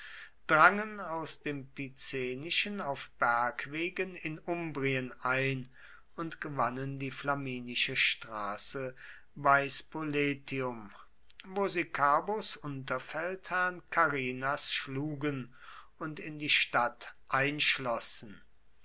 drangen aus dem picenischen auf bergwegen in umbrien ein und gewannen die flaminische straße bei spoletium wo sie carbos unterfeldherrn carrinas schlugen und in die stadt einschlossen